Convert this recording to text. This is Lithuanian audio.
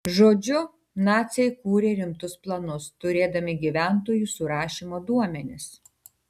žodžiu naciai kūrė rimtus planus turėdami gyventojų surašymo duomenis